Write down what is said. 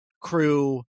crew